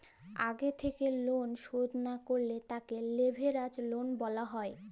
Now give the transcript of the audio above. আগে থেক্যে লন শধ না করলে তাকে লেভেরাজ লন বলা হ্যয়